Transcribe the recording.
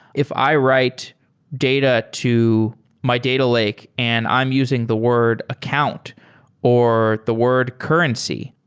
if i write data to my data lake and i'm using the word account or the word currency,